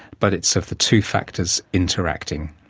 but it's of the two factors interacting.